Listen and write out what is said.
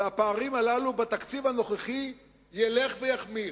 והפערים הללו בתקציב הנוכחי ילכו ויחמירו,